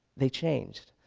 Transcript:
they changed.